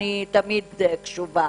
אני תמיד קשובה,